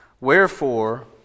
Wherefore